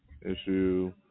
issue